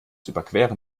überqueren